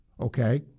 okay